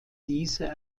diese